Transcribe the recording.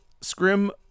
Scrim